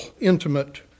intimate